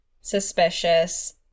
suspicious